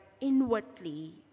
inwardly